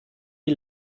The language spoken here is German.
die